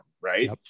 Right